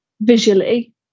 visually